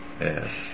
Yes